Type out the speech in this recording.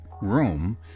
room